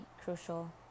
crucial